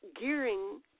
gearing